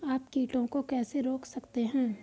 आप कीटों को कैसे रोक सकते हैं?